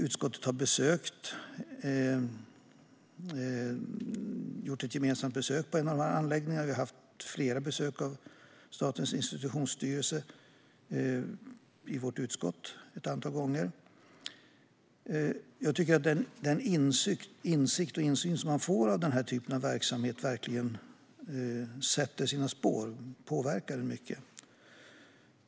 Utskottet har gjort ett gemensamt besök på en av dessa anläggningar. Vi har ett antal gånger haft besök av Statens institutionsstyrelse i vårt utskott. Jag tycker att den insikt och insyn man får i denna typ av verksamhet verkligen sätter sina spår och påverkar en mycket.